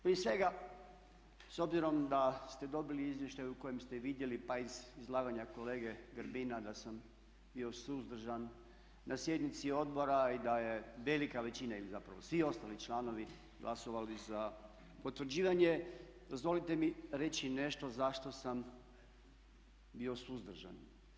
Prije svega s obzirom da ste dobili izvještaj u kojem ste vidjeli pa iz kolege Grbina da sam bio suzdržan na sjednici odbora i da je velika većina ili zapravo svi ostali članovi glasovali za potvrđivanje dozvolite mi reći nešto zašto sam bio suzdržan.